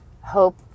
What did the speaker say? hope